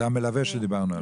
זה המלווה שדיברנו עליו.